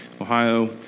Ohio